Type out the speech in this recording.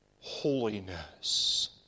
holiness